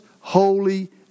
holy